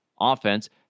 offense